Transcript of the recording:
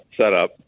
setup